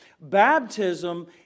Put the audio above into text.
Baptism